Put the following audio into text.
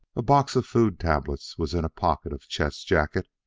a box of food tablets was in a pocket of chet's jacket,